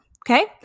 Okay